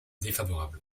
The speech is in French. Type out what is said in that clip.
défavorable